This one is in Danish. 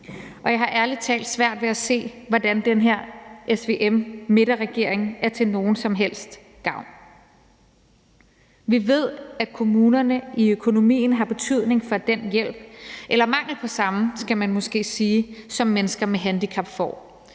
og jeg har ærlig talt svært ved at se, hvordan den her SVM-midterregering er til nogen som helst gavn. Vi ved, at økonomien i kommunerne har en betydning for den hjælp eller mangel på samme, skal man måske sige, som mennesker med handicap får.